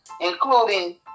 including